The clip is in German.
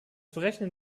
berechnen